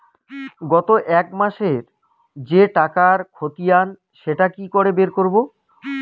গত এক মাসের যে টাকার খতিয়ান সেটা কি করে বের করব?